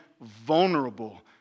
vulnerable